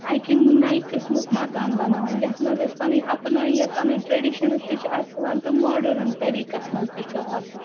اَکہِ نَیہِ قٕسمُک مکان بَناوان یَتھ منٛز أسۍ پَنٕنۍ اَپنایت پَنٕنۍ ٹرٛیڈِشَنٕز تہِ چھِ اَتھِ یِوان تہٕ ماڈٲرٕن طٔریٖقَس منٛز تہِ چھُ آسان